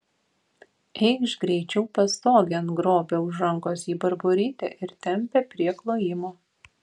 eikš greičiau pastogėn grobia už rankos jį barborytė ir tempia prie klojimo